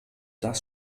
das